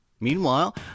Meanwhile